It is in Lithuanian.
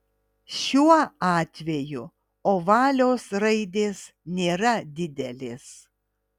šiuo atveju ovalios raidės nėra didelės